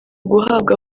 guhabwa